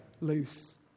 loose